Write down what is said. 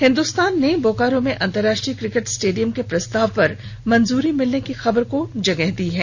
हिन्दुस्तान ने बोकारो में अंतर्राष्ट्रीय क्रिकेट स्टेडियम के प्रस्ताव पर मंजुरी मिलने की खबर को भी जगह दी है